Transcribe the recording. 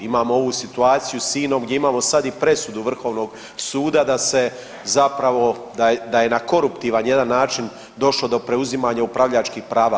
Imamo ovu situaciju s INOM gdje imamo sad i presudu Vrhovnog suda da se zapravo, da je na koruptivan jedan način došlo do preuzimanja upravljačkih prava.